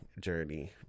journey